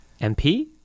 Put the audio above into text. MP